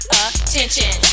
attention